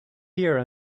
here